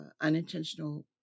unintentional